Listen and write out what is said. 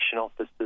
officers